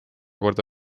korda